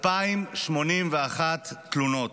2,081 תלונות,